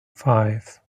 five